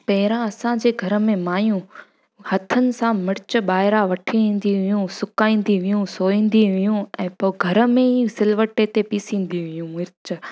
पहिरियों असांजे घर में माइयूं हथनि सां मिर्च ॿाहिरां वठी ईंदी हुयूं सुकाईंदी हुयूं सोईंदी हुयूं पोइ घर में ई सिलबटे ते पीसिजंदी हुयूं मिर्च